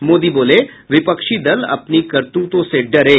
मोदी बोले विपक्षी दल अपने करतूतों से डरे